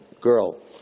girl